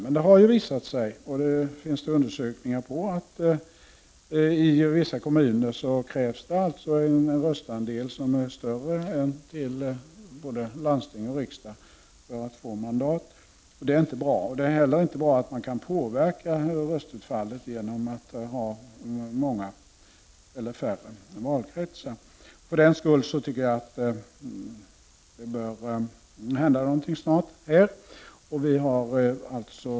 15 november 1989 Men det har visat sig — och det finns det undersökningar på —- att det i vissa kommuner krävs en röstandel som är större än till både landsting och riksdag för att få mandat. Detta är inte bra. Det är inte heller bra att man kan påverka röstutfallet genom att ha fler eller färre valkretsar. För den skull tycker jag att det bör hända någonting snart i denna fråga.